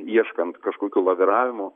ieškant kažkokio laviravimo